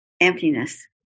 emptiness